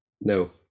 No